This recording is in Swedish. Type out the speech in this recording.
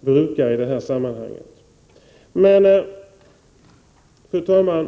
brukar i detta sammanhang, i sin mun. Fru talman!